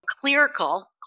clerical